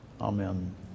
Amen